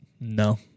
no